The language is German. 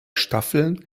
staffeln